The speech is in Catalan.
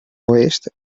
oest